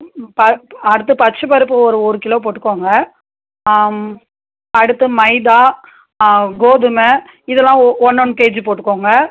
ம் ம் ப அடுத்து பச்சைப் பருப்பு ஒரு ஒரு கிலோ போட்டுக்கோங்க அடுத்து மைதா கோதுமை இதெல்லாம் ஓ ஒன் ஒன் கேஜி போட்டுக்கோங்க